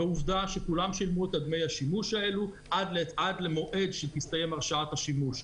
ועובדה שכולם שילמו את דמי השימוש האלה עד למועד שתסתיים הרשאת השימוש.